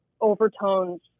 overtones